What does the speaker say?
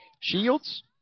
Shields